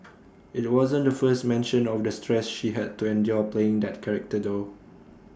IT wasn't the first mention of the stress she had to endure playing that character though